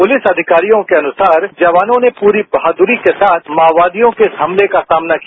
police अधिकारियों के अनुसार जवानों ने पूरी बहादुरी के साथ माओवादियों के इस हमले का सामना किया